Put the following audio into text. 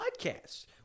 podcast